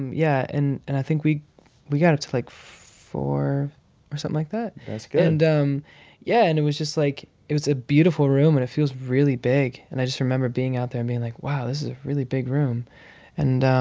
yeah and and i think we we got up to, like, four or something like that that's good and um yeah. and it was just like it was a beautiful room, and it feels really big. and i just remember being out there and being like, wow, this is a really big room and